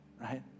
right